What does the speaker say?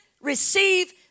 receive